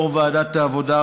יו"ר ועדת העבודה,